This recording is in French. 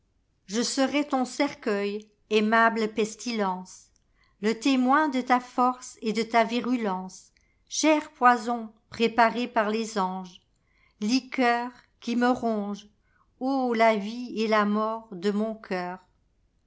je serai ton cercueil aimable pestilence le témoin de ta force et de ta virulence cher poison préparé par les anges liqueurqui me ronge ô la vie et la mort de mon cœurl